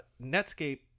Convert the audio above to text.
Netscape